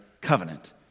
covenant